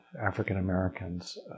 African-Americans